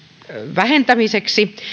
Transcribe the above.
vähentämiseksi